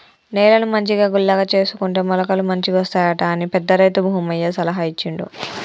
నేలను మంచిగా గుల్లగా చేసుకుంటే మొలకలు మంచిగొస్తాయట అని పెద్ద రైతు భూమయ్య సలహా ఇచ్చిండు